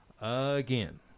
Again